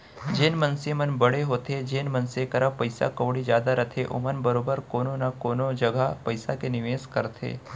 जेन मनसे मन बड़े होथे जेन मनसे करा पइसा कउड़ी जादा रथे ओमन बरोबर कोनो न कोनो जघा पइसा के निवेस करथे